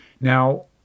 now